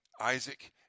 Isaac